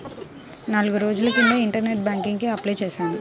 నాల్గు రోజుల క్రితం ఇంటర్నెట్ బ్యేంకింగ్ కి అప్లై చేశాను